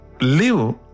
live